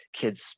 kids